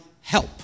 help